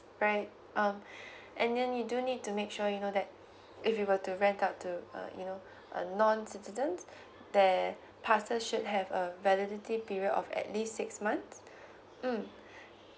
right um and then you do need to make sure you know that if you were to rent out to err you know a non citizens their passes should have a validity period of at least six months mm